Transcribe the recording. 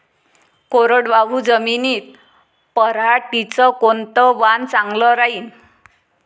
कोरडवाहू जमीनीत पऱ्हाटीचं कोनतं वान चांगलं रायीन?